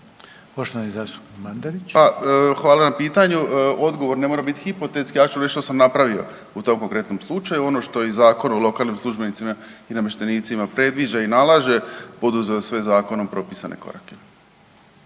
**Mandarić, Marin (HDZ)** Pa hvala na pitanju. Odgovor ne mora biti hipotetski, ja ću reći što sam napravio u tom konkretnom slučaju. Ono što i Zakon o lokalnim službenicima i namještenicima predviđa i nalaže, poduzeo sve zakonom propisane korake.